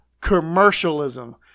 commercialism